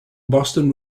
boston